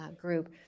group